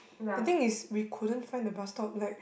the thing is we couldn't find the bus stop like